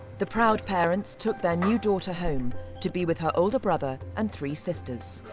the proud parents took their new daughter home to be with her older brother and three sisters.